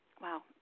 wow